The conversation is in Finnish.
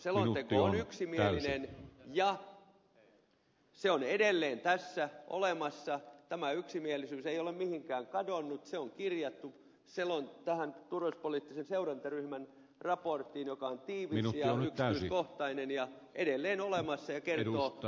selonteko on yksimielinen ja se on edelleen tässä olemassa tämä yksimielisyys ei ole mihinkään kadonnut se on kirjattu tähän turvallisuuspoliittisen seurantaryhmän raporttiin joka on tiivis ja yksityiskohtainen ja edelleen olemassa ja kertoo mistä ollaan yksimielisiä